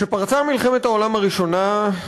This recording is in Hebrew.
כשפרצה מלחמת העולם הראשונה,